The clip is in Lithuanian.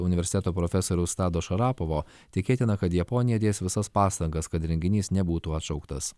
universiteto profesoriaus tado šarapovo tikėtina kad japonija dės visas pastangas kad renginys nebūtų atšauktas